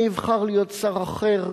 אני אבחר להיות שר אחר,